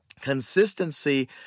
consistency